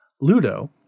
Ludo